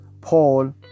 Paul